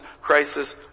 crisis